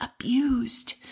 abused